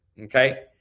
okay